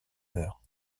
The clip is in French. heures